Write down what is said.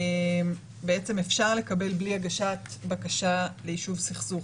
בעצם אפשר לקבל בלי הגשת בקשה ליישוב סכסוך.